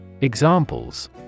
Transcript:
Examples